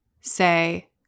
say